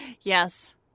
Yes